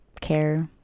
care